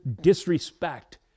disrespect